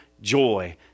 joy